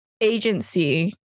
agency